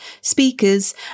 speakers